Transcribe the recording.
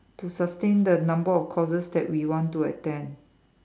to sustain the number of courses that we want to attend